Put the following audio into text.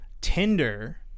Tinder